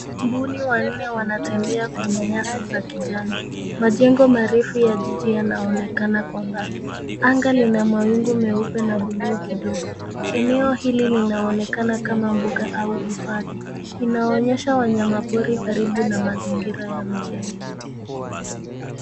Mbuni wanne wanatembea kwenye nyasi za kijani. Majengo marefu ya jiji yanaonekana kwa umbali. Anga lina mawingu meupe na buluu kidogo. Eneo hili linaonekana kama mbuga au hifadhi. Inaonyesha wanyamapori karibu na mazingira ya mjini.